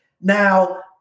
Now